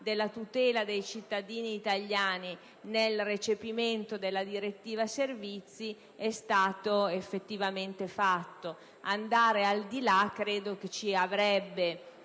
della tutela dei cittadini italiani nel recepimento della cosiddetta direttiva servizi è stato effettivamente compiuto. Andare al di là credo che ci avrebbe